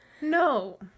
No